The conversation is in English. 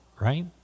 right